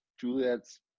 Juliet's